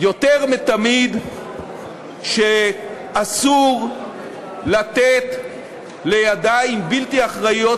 יותר מתמיד שאסור לתת לידיים בלתי אחראיות